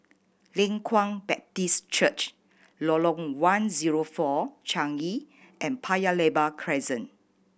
Leng Kwang Baptist Church Lorong One Zero Four Changi and Paya Lebar Crescent